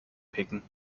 picken